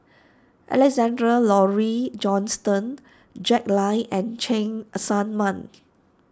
Alexander Laurie Johnston Jack Lai and Cheng Tsang Man